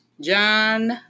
John